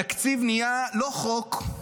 התקציב נהיה, לא חוק,